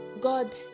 God